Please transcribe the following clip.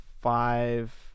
five